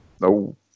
No